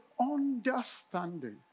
understanding